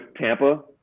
Tampa